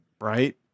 Right